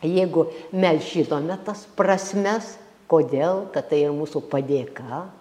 jeigu mes žinome tas prasmes kodėl kad tai ir mūsų padėka